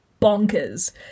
bonkers